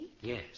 Yes